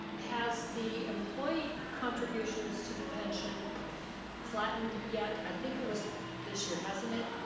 has the employee contributions to the pension flattened yet? i think it was this year, hasn't it?